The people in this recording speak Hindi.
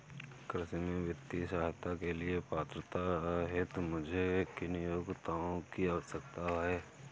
कृषि में वित्तीय सहायता के लिए पात्रता हेतु मुझे किन योग्यताओं की आवश्यकता है?